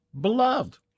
beloved